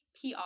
PR